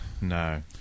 No